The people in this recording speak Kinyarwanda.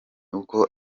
uko